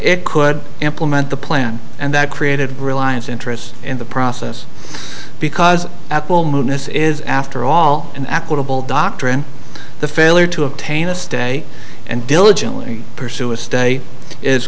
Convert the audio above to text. it could implement the plan and that created reliance interest in the process because apple moon this is after all an applicable doctrine the failure to obtain a stay and diligently pursue a stay is